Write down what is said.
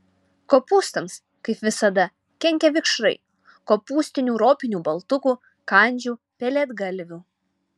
kopūstams kaip visada kenkia vikšrai kopūstinių ropinių baltukų kandžių pelėdgalvių